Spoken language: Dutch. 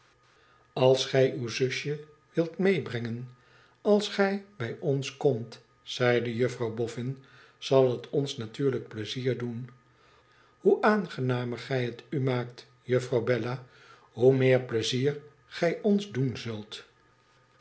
als gij uw zusje wilt meebrengen als gij bij ons komt zeide juffrouw boffin tzal het ons natuurlijk pleizier doen hoe aangenamer gij het u maakt juffrouw bella hoe meer pleizier gij ons doen zult